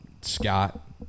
Scott